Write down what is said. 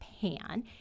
pan